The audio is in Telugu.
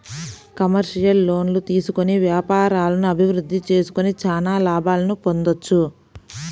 కమర్షియల్ లోన్లు తీసుకొని వ్యాపారాలను అభిరుద్ధి చేసుకొని చానా లాభాలను పొందొచ్చు